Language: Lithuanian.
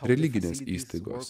religinės įstaigos